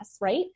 right